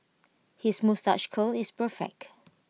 his moustache curl is perfect